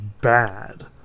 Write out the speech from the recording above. bad